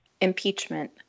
Impeachment